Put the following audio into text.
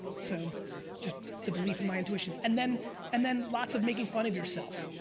so just the belief in my intuition and then and then lots of making fun of yourself.